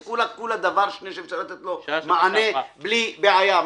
זה כולה דבר שאפשר לתת לו מענה בלי בעיה.